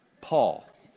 Paul